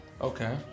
Okay